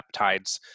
peptides